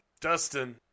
Dustin